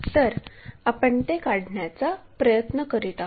तर आपण ते काढवण्याचा प्रयत्न करीत आहोत